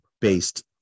based